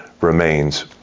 remains